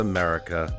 America